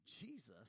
Jesus